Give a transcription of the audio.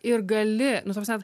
ir gali nu ta prasme